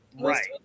right